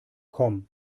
komm